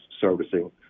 servicing